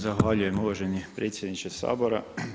Zahvaljujem uvaženi predsjedniče Sabora.